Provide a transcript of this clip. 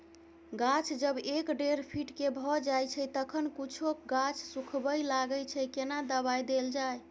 गाछ जब एक डेढ फीट के भ जायछै तखन कुछो गाछ सुखबय लागय छै केना दबाय देल जाय?